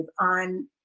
on